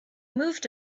moved